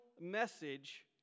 message